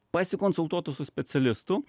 pasikonsultuotų su specialistu